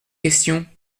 questions